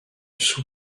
sous